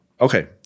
okay